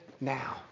now